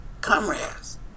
comrades